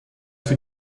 für